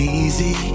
easy